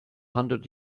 hundred